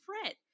fret